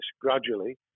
gradually